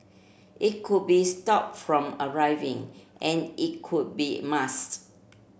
it could be stop from arriving and it could be masked